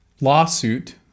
lawsuit